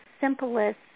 simplest